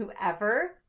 whoever